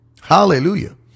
Hallelujah